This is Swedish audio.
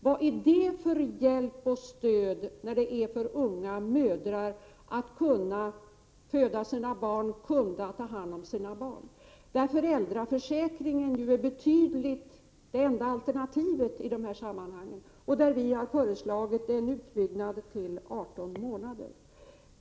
Vad är det för hjälp och stöd till unga mödrar för att de skall kunna föda och ta hand om sina barn? Föräldraförsäkringen är det enda alternativet i detta sammanhang, och vi har föreslagit en utbyggnad av den till 18 månader.